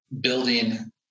building